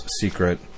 secret